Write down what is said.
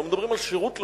לא מדברים על שירות לאומי,